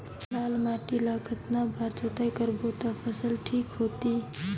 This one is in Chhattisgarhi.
लाल माटी ला कतना बार जुताई करबो ता फसल ठीक होती?